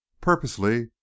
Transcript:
purposely